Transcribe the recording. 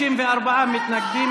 64 מתנגדים.